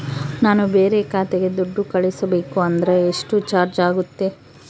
ನಾನು ಬೇರೆ ಖಾತೆಗೆ ದುಡ್ಡು ಕಳಿಸಬೇಕು ಅಂದ್ರ ಎಷ್ಟು ಚಾರ್ಜ್ ಆಗುತ್ತೆ?